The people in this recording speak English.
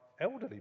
elderly